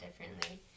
differently